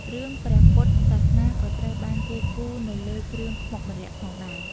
រឿងព្រះពុទ្ធសាសនាក៏ត្រូវបានគេគូរនៅលើគ្រឿងខ្មុកម្រ័ក្សណ៍ផងដែរ។